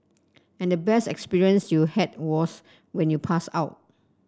and the best experience you had was when you passed out